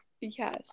Yes